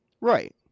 right